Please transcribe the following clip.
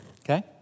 Okay